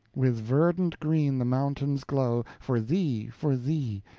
with verdant green the mountains glow, for thee, for thee,